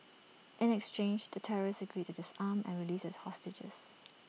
in exchange the terrorists agreed to disarm and released the hostages